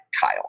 kyle